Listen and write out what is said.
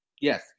yes